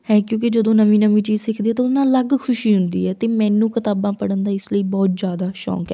ਹੈ ਕਿਉਂਕਿ ਜਦੋਂ ਨਵੀਂ ਨਵੀਂ ਚੀਜ਼ ਸਿੱਖਦੀ ਤਾਂ ਉਹ ਨਾਲ ਅਲੱਗ ਖੁਸ਼ੀ ਹੁੰਦੀ ਹੈ ਅਤੇ ਮੈਨੂੰ ਕਿਤਾਬਾਂ ਪੜ੍ਹਨ ਦਾ ਇਸ ਲਈ ਬਹੁਤ ਜ਼ਿਆਦਾ ਸ਼ੌਕ ਹੈ